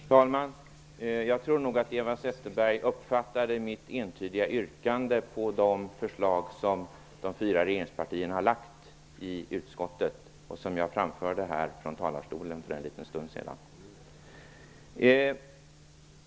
Fru talman! Jag tror nog att Eva Zetterberg uppfattade mitt entydiga yrkande beträffande de förslag som de fyra regeringspartierna har lagt fram i utskottet, som jag framförde från talarstolen för en stund sedan.